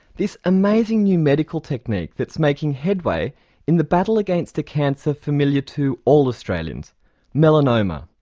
this amazing new medical technique that's making headway in the battle against the cancer familiar to all australians melanoma.